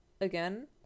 Again